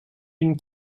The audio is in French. une